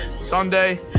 Sunday